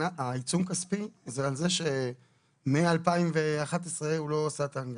העיצום הכספי הוא על זה שמ-2011 הוא לא עשה את ההנגשה.